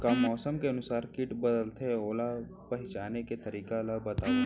का मौसम के अनुसार किट बदलथे, ओला पहिचाने के तरीका ला बतावव?